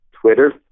Twitter